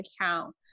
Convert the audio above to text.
account